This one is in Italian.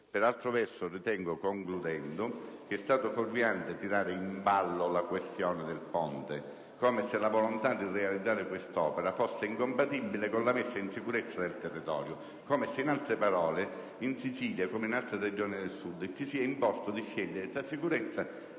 Per altro verso ritengo - concludendo - che è stato fuorviante tirare in ballo la questione del Ponte, come se la volontà di realizzare quest'opera fosse incompatibile con la messa in sicurezza del territorio. Come se, in altre parole, in Sicilia, come in altre Regioni del Sud, ci sia imposto di scegliere tra sicurezza